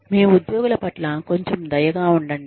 మీ ఉద్యోగుల పట్ల కొంచెం దయగా ఉండండి